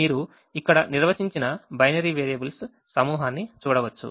మీరు ఇక్కడ నిర్వచించిన బైనరీ వేరియబుల్స్ సమూహాన్ని చూడవచ్చు